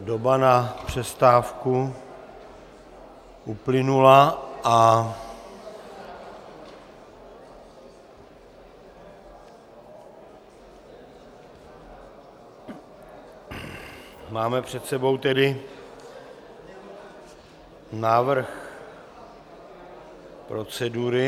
Doba na přestávku uplynula a máme před sebou tedy návrh procedury...